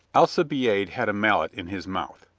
alcibiade had a mallet in his mouth.